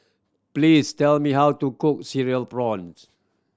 please tell me how to cook Cereal Prawns